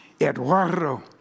Eduardo